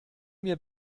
mir